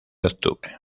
octubre